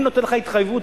אני נותן לך התחייבות,